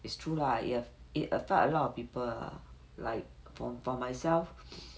it's true lah it a~ it affect a lot of people like for for myself